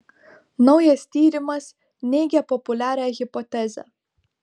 naujas tyrimas neigia populiarią hipotezę